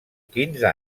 quinze